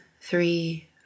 three